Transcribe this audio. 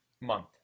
month